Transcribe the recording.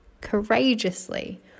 courageously